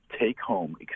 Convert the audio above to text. take-home